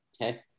Okay